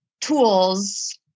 tools